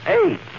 eight